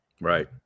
Right